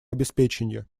обеспечения